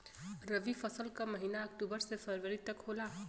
रवी फसल क महिना अक्टूबर से फरवरी तक होला